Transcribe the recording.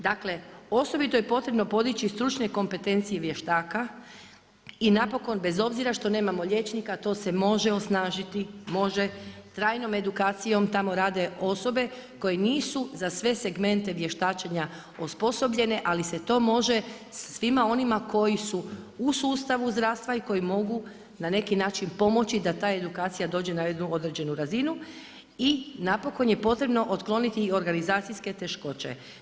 Dakle osobito je potrebno podići stručne kompetencije vještaka i napokon bez obzira što nemamo liječnika to se može osnažiti, može, trajnom edukacijom, tamo rade osobe koje nisu za sve segmente vještačenja osposobljene ali se to može svima onima koji su u sustavu zdravstva i koji mogu na neki način pomoći da ta edukacija dođe na jednu određenu razinu i napokon je potrebno otkloniti i organizacijske teškoće.